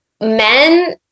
men